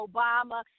Obama